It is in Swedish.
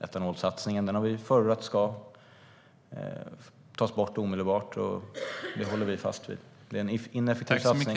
Etanolsatsningen har vi förordat ska tas bort omedelbart, och det håller vi fast vid. Det är en ineffektiv satsning.